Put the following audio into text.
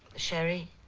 sherry,